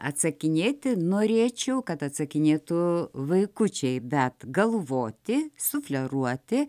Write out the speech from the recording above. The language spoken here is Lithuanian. atsakinėti norėčiau kad atsakinėtų vaikučiai bet galvoti sufleruoti